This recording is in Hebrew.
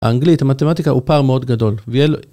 האנגלית המתמטיקה הוא פער מאוד גדול